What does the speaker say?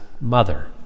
mother